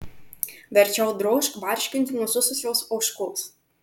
verčiau drožk barškinti nusususios ožkos